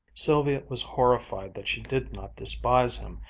sylvia was horrified that she did not despise him,